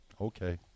Okay